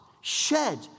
shed